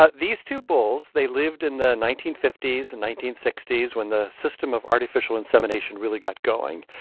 ah these two bulls, they lived in the nineteen fifty s and nineteen sixty s, when the system of artificial insemination really got going.